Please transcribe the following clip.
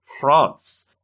France